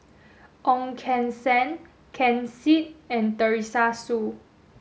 Ong Keng Sen Ken Seet and Teresa Hsu